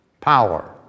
power